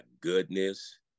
goodness